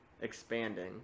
expanding